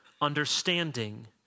understanding